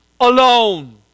alone